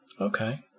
Okay